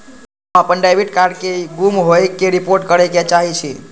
हम अपन debit card के गुम होय के रिपोर्ट करे के चाहि छी